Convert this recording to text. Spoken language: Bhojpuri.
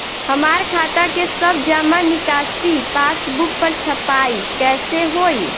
हमार खाता के सब जमा निकासी पासबुक पर छपाई कैसे होई?